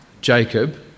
Jacob